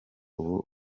ubu